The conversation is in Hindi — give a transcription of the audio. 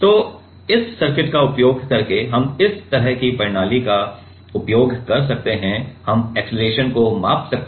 तो इस सर्किट का उपयोग करके हम इस तरह की प्रणाली का उपयोग कर सकते हैं हम अक्सेलरेशन को माप सकते हैं